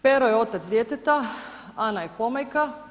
Pero je otac djeteta, Ana je pomajka.